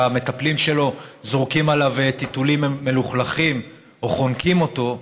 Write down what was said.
שהמטפלים שלו זורקים עליו טיטולים מלוכלכים או חונקים אותו,